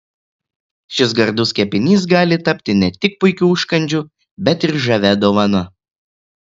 šis gardus kepinys gali tapti ne tik puikiu užkandžiu bet ir žavia dovana